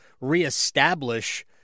reestablish